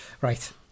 Right